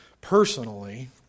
personally